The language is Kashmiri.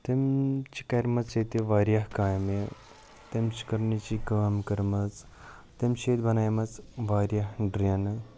تٔمۍ چھِ کَرِمَژٕ ییٚتہِ واریاہ کامہِ تٔمۍ چھِ گۄڈنِچی کٲم کٔرمٕژ تٔمۍ چھِ ییٚتہِ بَنایمَژٕ واریاہ ڈرٛینہٕ